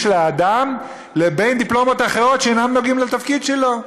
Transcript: של האדם לבין דיפלומות אחרות שאינן נוגעות לתפקיד שלו.